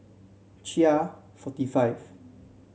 Chia forty five